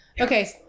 okay